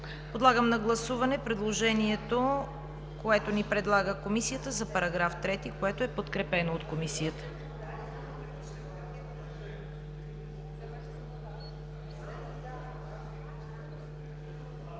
Подлагам на гласуване предложението, което ни предлага Комисията за § 3, което е подкрепено от Комисията.